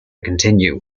continue